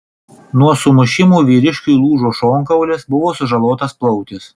nuo sumušimų vyriškiui lūžo šonkaulis buvo sužalotas plautis